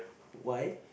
why